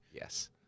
yes